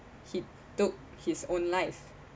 he took his own life